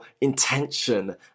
intention